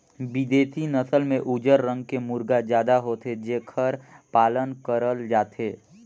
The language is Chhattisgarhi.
बिदेसी नसल में उजर रंग के मुरगा जादा होथे जेखर पालन करल जाथे